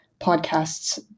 podcasts